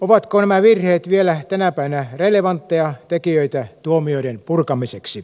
ovatko nämä virheet vielä tänä päivänä relevantteja tekijöitä tuomioiden purkamiseksi